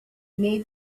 made